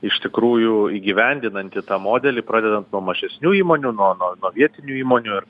iš tikrųjų įgyvendinanti tą modelį pradedant nuo mažesnių įmonių nuo nuo nuo vietinių įmonių ir